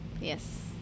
Yes